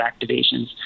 activations